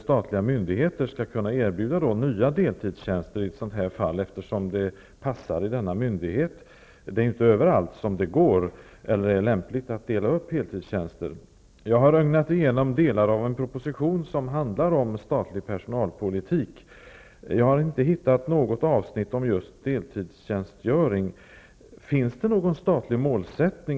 Statliga myndigheter borde kunna erbjuda nya deltidstjänster i ett fall som detta, eftersom den möjligheten finns vid den berörda myndigheten. Det går ju inte, eller är inte lämpligt, överallt att dela på heltidstjänster. Jag har ögnat igenom delar av en proposition som handlar om statlig personalpolitik, men jag har inte hittat något avsnitt om just deltidstjänstgöring.